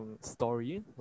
story